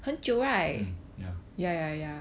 mm ya